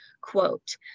quote